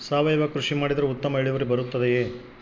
ಸಾವಯುವ ಕೃಷಿ ಮಾಡಿದರೆ ಉತ್ತಮ ಇಳುವರಿ ಬರುತ್ತದೆಯೇ?